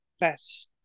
yes